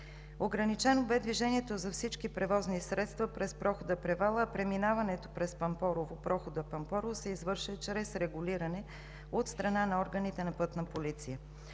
Ограничено бе движението за всички превозни средства през прохода Превала, а преминаването през прохода Пампорово се извърши чрез регулиране от страна на органите на Пътна полиция.